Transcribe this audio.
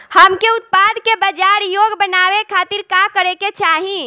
हमके उत्पाद के बाजार योग्य बनावे खातिर का करे के चाहीं?